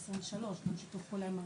העשרים-ושלוש בשיתוף פעולה עם הרשתות.